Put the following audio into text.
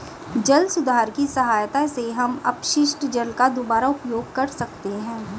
जल सुधार की सहायता से हम अपशिष्ट जल का दुबारा उपयोग कर सकते हैं